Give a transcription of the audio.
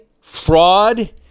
Fraud